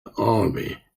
army